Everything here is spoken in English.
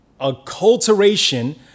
acculturation